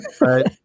right